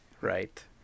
right